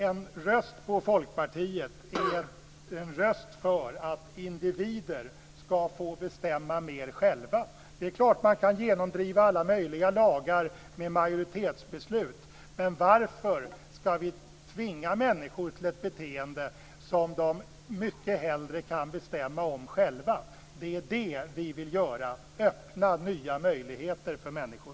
En röst på Folkpartiet är en röst för att individer skall få bestämma mera själva. Det är klart att man kan genomföra alla möjliga lagar med majoritetsbeslut, men varför skall vi tvinga människor till ett beteende när de mycket hellre kan bestämma om det själva? Det är det vi vill göra, öppna nya möjligheter för människor.